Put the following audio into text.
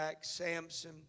Samson